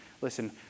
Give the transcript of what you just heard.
Listen